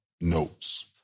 notes